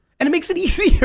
and it makes it easier,